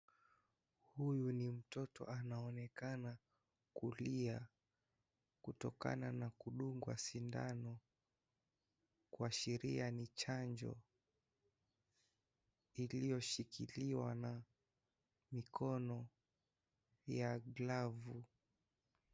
Huyu ni mtoto anaonekana kulia, kutokana na kudungwa sindano, kuashiria ni chanjo iliyo shikiliwa na mikono ya glovu.